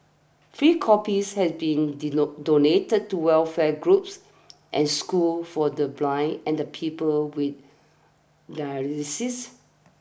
free copies have been donated to welfare groups and schools for the blind and people with dyslexia